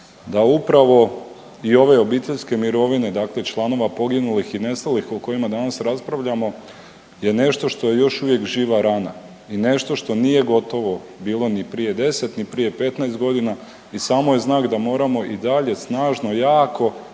da upravo i ove obiteljske mirovine dakle članova poginulih i nestalih o kojima danas raspravljamo je nešto što je još uvijek živa rana i nešto što nije gotovo bilo ni prije 10, ni prije 15 godina i samo je znak da moramo i dalje snažno, jako